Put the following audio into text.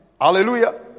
Hallelujah